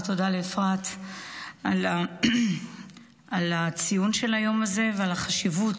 ותודה לאפרת על הציון של היום הזה ועל החשיבות